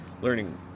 learning